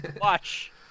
watch